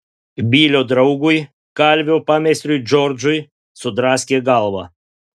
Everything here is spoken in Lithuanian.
bilio draugui kalvio pameistriui džordžui sudraskė galvą